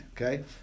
Okay